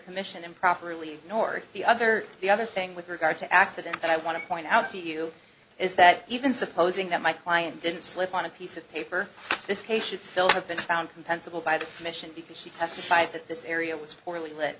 commission improperly nor the other the other thing with regard to accident and i want to point out to you is that even supposing that my client didn't slip on a piece of paper this case should still have been found compensable by the commission because she testified that this area was formerly l